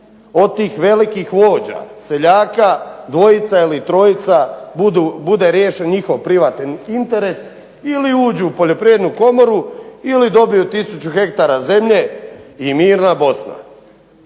od tih velikih vođa seljaka 2 ili 3 bude riješen njihov privatni interes ili uđu u Poljoprivrednu komoru ili dobiju 1000 hektara zemlje i mirna Bosna.